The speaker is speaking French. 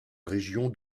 région